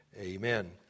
Amen